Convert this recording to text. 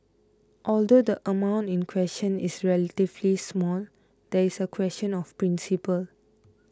although the amount in question is relatively small there is a question of principle